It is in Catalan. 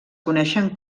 coneixen